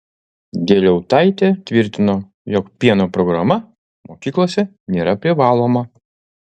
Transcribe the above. dieliautaitė tvirtino jog pieno programa mokyklose nėra privaloma